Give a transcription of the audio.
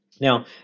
Now